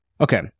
Okay